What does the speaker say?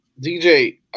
DJ